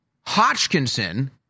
Hodgkinson